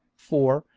for,